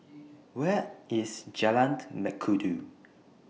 Where IS Jalan Mengkudu